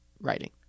writing